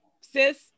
Sis